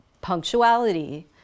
punctuality